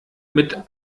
mit